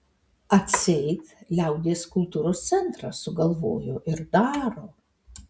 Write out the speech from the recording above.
atseit liaudies kultūros centras sugalvojo ir daro